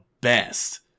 best